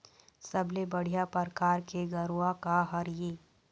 सबले बढ़िया परकार के गरवा का हर ये?